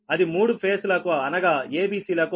అది 3 ఫేజ్ లకు అనగా a b c లకు